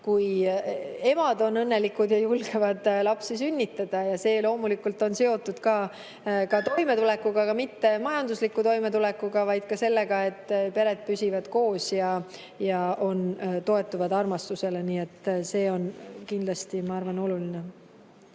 kui emad on õnnelikud ja julgevad lapsi sünnitada. See loomulikult on seotud ka toimetulekuga, aga mitte [ainult] majandusliku toimetulekuga, vaid ka sellega, et pered püsivad koos ja toetuvad armastusele. See on kindlasti, ma arvan, oluline.